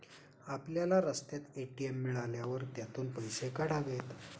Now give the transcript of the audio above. आपल्याला रस्त्यात ए.टी.एम मिळाल्यावर त्यातून पैसे काढावेत